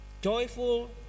joyful